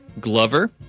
Glover